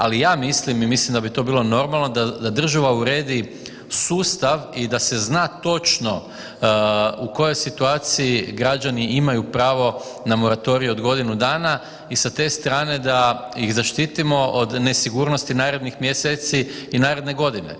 Ali ja mislim i mislim da bi to bilo normalno da država uredi sustav i da se zna točno u kojoj situaciji građani imaju pravo na moratorij od godinu dana i sa te strane da ih zaštitimo od nesigurnosti narednih mjeseci i naredne godine.